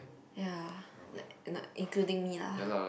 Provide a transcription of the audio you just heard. ya like including me lah